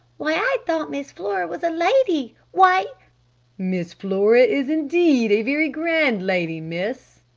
why, i thought miss flora was a lady! why miss flora is indeed a very grand lady, miss!